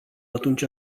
atunci